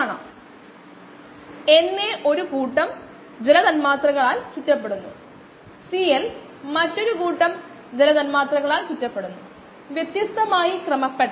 9879 ന്റെ ഏറ്റവും കുറഞ്ഞ സ്ക്വയറുകളുള്ള ഏറ്റവും മികച്ച ലൈൻ ഫിറ്റാണിത് ഇവിടെ പ്രദർശിപ്പിക്കാൻ ഞാൻ ആവശ്യപ്പെട്ട വരിയുടെ സമവാക്യം 58